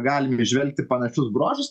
galim įžvelgti panašius bruožus